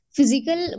physical